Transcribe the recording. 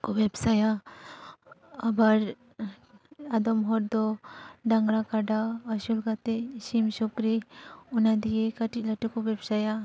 ᱠᱚ ᱵᱮᱵᱥᱟᱭᱟ ᱟᱵᱟᱨ ᱟᱫᱚᱢ ᱦᱚᱲ ᱫᱚ ᱰᱟᱝᱨᱟ ᱠᱟᱰᱟ ᱟᱹᱥᱩᱞ ᱠᱟᱛᱮ ᱥᱤᱢ ᱥᱩᱠᱨᱤ ᱚᱱᱟ ᱫᱤᱭᱮ ᱠᱟᱹᱴᱤᱡ ᱞᱟᱹᱴᱩ ᱠᱚ ᱵᱮᱵᱥᱟᱭᱟ